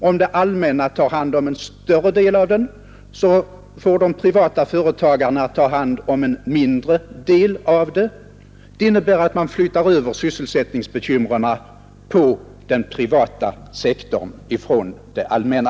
Om det allmänna tar hand om en större mängd av tvätten, får de privata företagarna ta hand om en mindre del av den. Det innebär att man flyttar sysselsättningsbekymren till den privata sektorn från den allmänna.